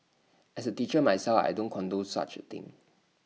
as A teacher myself I don't condone such A thing